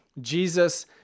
Jesus